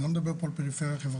אני לא מדבר פה על פריפריה חברתית,